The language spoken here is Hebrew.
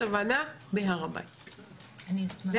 ציין חברי מהביטחוניסטים שרק הוואקף בודק אנשים שנכנסים להר הבית,